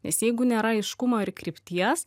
nes jeigu nėra aiškumo ir krypties